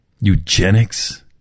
eugenics